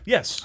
Yes